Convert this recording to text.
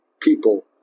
people